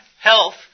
health